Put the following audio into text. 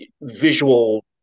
visual